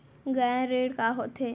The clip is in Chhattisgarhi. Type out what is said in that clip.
गैर ऋण का होथे?